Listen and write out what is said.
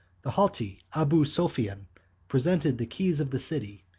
the haughty abu sophian presented the keys of the city,